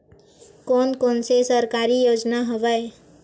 कोन कोन से सरकारी योजना हवय?